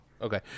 Okay